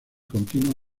continua